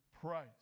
price